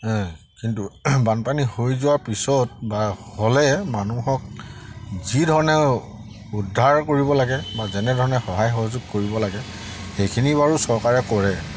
কিন্তু বানপানী হৈ যোৱাৰ পিছত বা হ'লে মানুহক যিধৰণে উদ্ধাৰ কৰিব লাগে বা যেনেধৰণে সহায় সহযোগ কৰিব লাগে সেইখিনি বাৰু চৰকাৰে কৰে